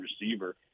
receiver